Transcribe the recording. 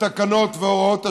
התקנות והוראות השעה.